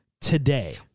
today